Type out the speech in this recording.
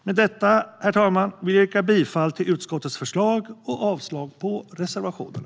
Med detta, herr talman, vill jag yrka bifall till utskottets förslag och avslag på reservationerna.